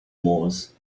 moors